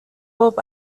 bob